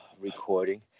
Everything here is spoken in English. recording